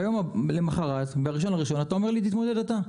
ב-1 לינואר אתה אומר לי תתמודד אתה,